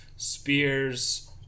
Spears